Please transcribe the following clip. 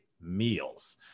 meals